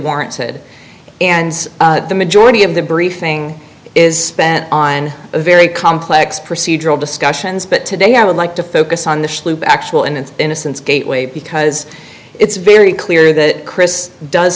warranted and the majority of the briefing is on a very complex procedural discussions but today i would like to focus on the actual and its innocence gateway because it's very clear that chris does